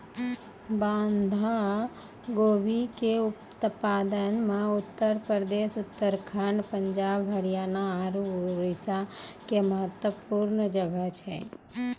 बंधा गोभी के उत्पादन मे उत्तर प्रदेश, उत्तराखण्ड, पंजाब, हरियाणा आरु उड़ीसा के महत्वपूर्ण जगह छै